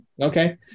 Okay